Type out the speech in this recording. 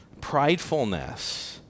pridefulness